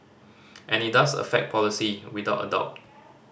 and it does affect policy without a doubt